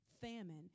famine